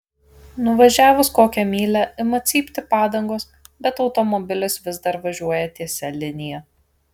nuvažiavus kokią mylią ima cypti padangos bet automobilis vis dar važiuoja tiesia linija